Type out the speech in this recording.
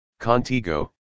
Contigo